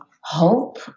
hope